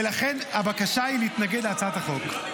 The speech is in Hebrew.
ולכן הבקשה היא להתנגד להצעת החוק.